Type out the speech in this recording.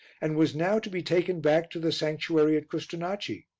and was now to be taken back to the sanctuary at custonaci,